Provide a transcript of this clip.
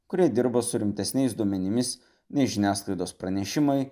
kurie dirba su rimtesniais duomenimis nei žiniasklaidos pranešimai